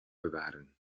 bewaren